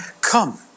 come